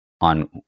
on